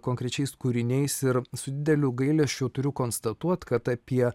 konkrečiais kūriniais ir su dideliu gailesčiu turiu konstatuot kad apie